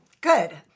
good